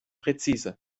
präzise